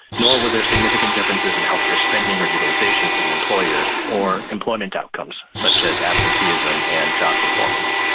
nor were there significant differences in healthcare spending or utilisation for the employer or employment outcomes such as absenteeism and job performance.